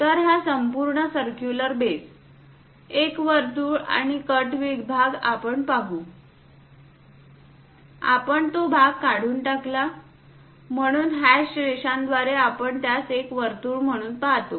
तर हा संपूर्ण सर्क्युलर बेस एक वर्तुळ आणि कट विभाग आपण पाहू आपण तो भाग काढून टाकला म्हणून हॅश रेषांद्वारे आपण त्यास एक वर्तुळ म्हणून पाहतो